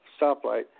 stoplight